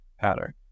pattern